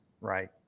Right